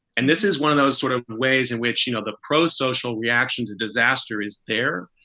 and this is one of those sort of ways in which, you know, the pro-social reaction to disaster is there.